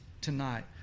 tonight